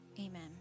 amen